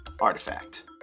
Artifact